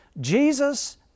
Jesus